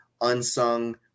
unsung